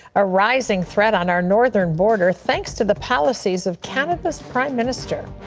a rising threat on our northern border, thanks to the policies of canada's prime minister.